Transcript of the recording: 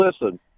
listen